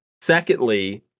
Secondly